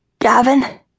Gavin